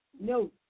no